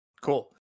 cool